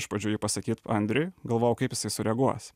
iš pradžių jį pasakyt andriui galvojau kaip jisai sureaguos